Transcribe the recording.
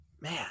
Man